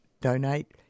donate